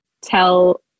tell